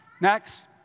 Next